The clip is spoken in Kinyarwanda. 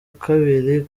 kabiri